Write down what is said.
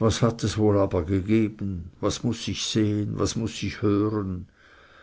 was hat es wohl aber gegeben was muß ich sehen was muß ich hören